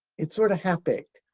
it's sort of half-baked.